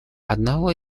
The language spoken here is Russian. одного